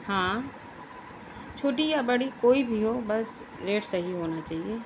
ہاں چھوٹی یا بڑی کوئی بھی ہو بس ریٹ صحیح ہونا چاہیے